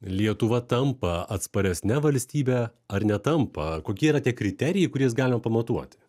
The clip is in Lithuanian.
lietuva tampa atsparesne valstybe ar netampa kokie yra tie kriterijai kuriais galima pamatuoti